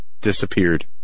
disappeared